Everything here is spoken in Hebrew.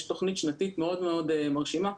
יש תוכנית שנתית מאוד מאוד מרשימה.